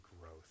growth